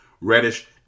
Reddish